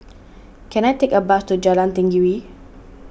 can I take a bus to Jalan Tenggiri